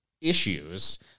issues